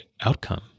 outcome